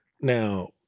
Now